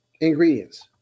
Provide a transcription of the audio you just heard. Ingredients